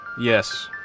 Yes